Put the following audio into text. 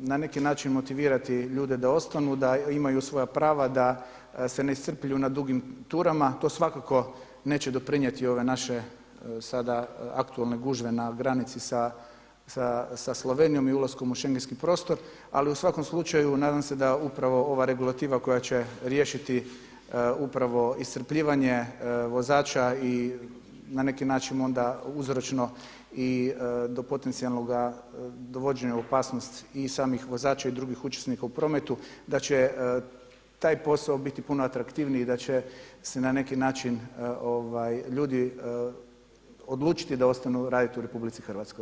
na neki način motivirati ljude da ostanu, da imaju svoja prava, da se ne iscrpljuju na dugim turama to svakako neće doprinijeti ove naše sada aktualne gužve na granici sa Slovenijom i ulaskom u schengenski prostor, ali u svakom slučaju nadam se da upravo ova regulativa koja će riješiti upravo iscrpljivanje vozača i na neki način onda uzročno i do potencijalnog dovođenja u opasnost i samih vozača i drugih učesnika u prometu, da će taj posao biti puno atraktivniji i da će se na neki način ljudi odlučiti da ostanu raditi u RH.